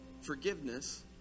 forgiveness